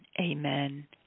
amen